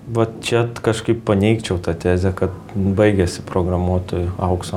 vat čia kažkaip paneigčiau tą tezę kad baigiasi programuotojų aukso amžius